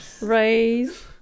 raise